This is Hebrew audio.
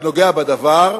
של נוגע בדבר,